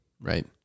Right